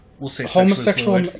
homosexual